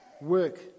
Work